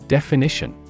Definition